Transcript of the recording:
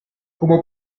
como